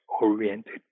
oriented